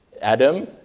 Adam